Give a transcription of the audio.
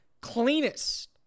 cleanest